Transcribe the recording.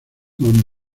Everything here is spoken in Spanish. mont